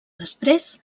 després